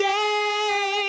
Day